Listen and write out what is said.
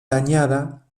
dañada